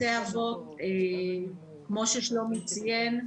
בתי אבות כמו ששלומי ציין,